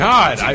God